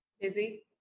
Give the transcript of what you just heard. busy